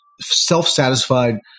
self-satisfied